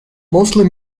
mostly